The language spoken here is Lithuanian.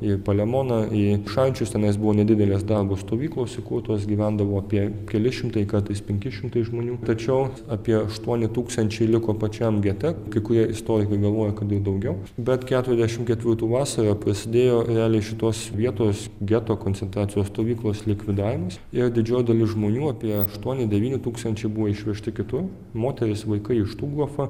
į palemoną į šančius tenais buvo nedidelės darbo stovyklos įkurtos gyvendavo apie kelis šimtai kartais penki šimtai žmonių tačiau apie aštuoni tūkstančiai liko pačiam gete kai kurie istorikai galvoja kad ir daugiau bet keturiasdešimt ketvirtų vasarą prasidėjo realiai šitos vietos geto koncentracijos stovyklos likvidavimas ir didžioji dalis žmonių apie aštuoni devyni tūkstančiai buvo išvežti kitur moterys vaikai į štuthofą